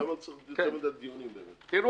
למה אנחנו צריכים יותר מדיי דיונים בעניין הזה?